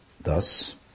Thus